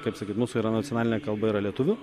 kaip sakyti mūsų yra nacionalinė kalba yra lietuvių